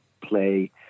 play